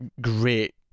great